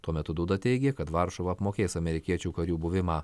tuo metu duda teigė kad varšuva apmokės amerikiečių karių buvimą